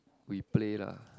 we play lah